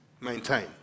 maintain